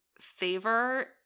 favor